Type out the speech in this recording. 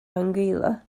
anguilla